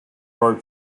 broke